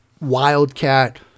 wildcat